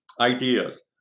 ideas